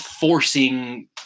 forcing